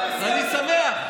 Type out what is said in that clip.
אני שמח,